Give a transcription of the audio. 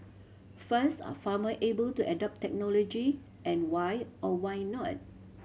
first are farmer able to adopt technology and why or why not